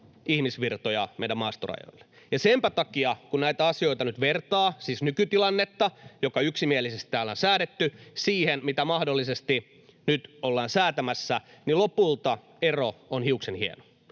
ihmisvirtoja meidän maastorajoille. Ja senpä takia, kun näitä asioita nyt vertaa, siis nykytilannetta, joka yksimielisesti täällä on säädetty, siihen, mitä mahdollisesti nyt ollaan säätämässä, niin lopulta ero on hiuksenhieno.